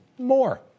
more